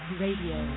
radio